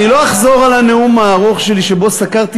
אני לא אחזור על הנאום הארוך שלי שבו סקרתי